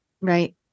Right